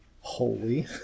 holy